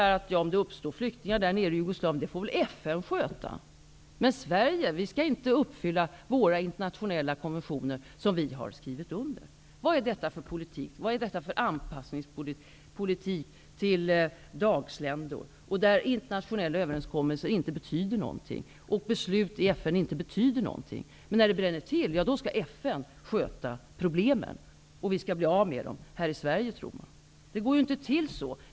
Lars Moquist säger: Om det uppstår ett flyktingbehov i Jugoslavien, får väl FN sköta om det. Skall inte Sverige uppfylla de internationella konventionerna som Sverige skrivit under? Vad är det för anpassningspolitik till dagsländor, där internationella överenskommelser inte betyder någonting, där beslut i FN inte betyder någonting? När det sedan ''bränner till'' skall FN ändå ta hand om problemen. Och vi här i Sverige skall bli av med dem.